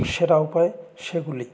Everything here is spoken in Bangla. সেরা উপায় সেগুলি